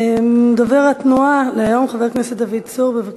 דובר התנועה להיום, חבר הכנסת דוד צור, בבקשה.